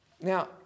Now